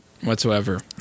whatsoever